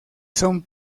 son